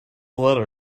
letter